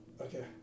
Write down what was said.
Okay